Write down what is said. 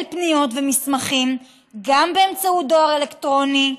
פניות ומסמכים גם באמצעות דואר אלקטרוני,